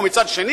ומצד אחר,